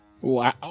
Wow